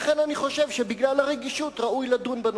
לכן בגלל הרגישות ראוי לדון בנושא.